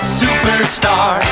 superstar